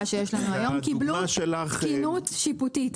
שיש לנו היום קיבלו תקינות שיפוטית.